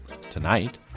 Tonight